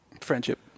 Friendship